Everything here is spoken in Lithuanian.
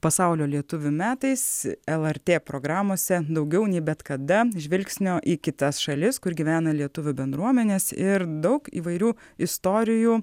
pasaulio lietuvių metais lrt programose daugiau nei bet kada žvilgsnio į kitas šalis kur gyvena lietuvių bendruomenės ir daug įvairių istorijų